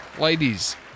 Ladies